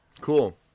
Cool